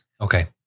Okay